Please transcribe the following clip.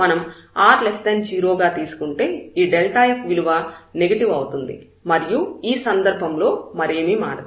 మనం r0 గా తీసుకుంటే ఈ f విలువ నెగటివ్ అవుతుంది మరియు ఈ సందర్భంలో మరేమీ మారదు